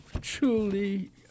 truly